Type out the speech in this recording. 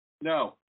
No